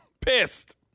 Pissed